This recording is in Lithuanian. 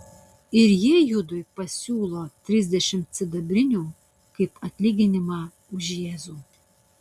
ir jie judui pasiūlo trisdešimt sidabrinių kaip atlyginimą už jėzų